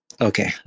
Okay